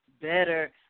better